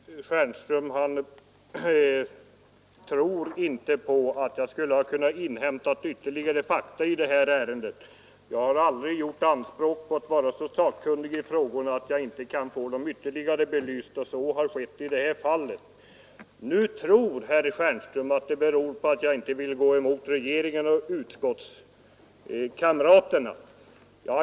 Herr talman! Herr Stjernström tror inte på att jag skulle ha kunnat inhämta ytterligare fakta i detta ärende. Jag har aldrig gjort anspråk på att vara så sakkunnig i de olika frågorna att jag inte kan få dem ytterligare belysta. Och så har skett i detta fall! Nu tror herr Stjernström att min omprövning beror på att jag inte vill gå emot regeringen och utskottskamraterna.